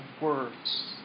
words